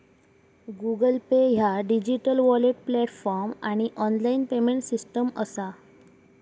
Google Pay ह्या digital wallet platform आणि online payment system असा